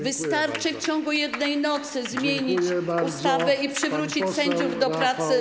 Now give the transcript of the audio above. Wystarczy w ciągu jednej nocy zmienić ustawę i przywrócić sędziów do pracy.